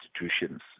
institutions